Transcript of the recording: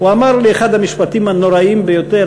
הוא אמר לי אחד המשפטים הנוראים ביותר